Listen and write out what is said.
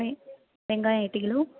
வெ வெங்காயம் எட்டு கிலோ